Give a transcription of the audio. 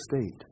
state